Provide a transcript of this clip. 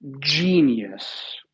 genius